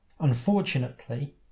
Unfortunately